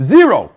Zero